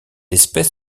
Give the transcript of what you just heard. espèce